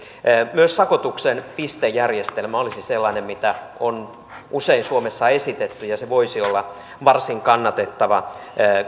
myös sakotuksen pistejärjestelmä on sellainen mitä suomessa on usein esitetty ja se voisi olla varsin kannatettava